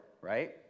right